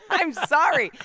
i'm sorry.